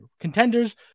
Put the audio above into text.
contenders